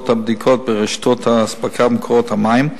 הבדיקות ברשתות האספקה ובמקורות המים.